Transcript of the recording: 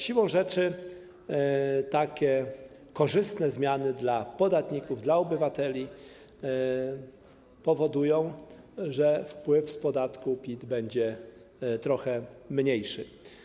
Siłą rzeczy takie korzystne zmiany dla podatników, dla obywateli powodują, że wpływ z podatku PIT będzie trochę mniejszy.